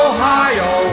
Ohio